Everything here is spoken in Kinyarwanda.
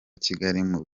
kigali